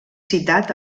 citat